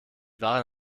waren